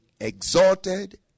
exalted